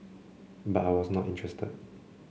but I was not interested